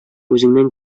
үзеңнән